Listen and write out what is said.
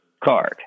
card